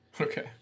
Okay